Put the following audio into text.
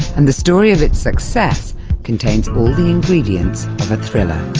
and the story of its success contains all the ingredients of a thriller.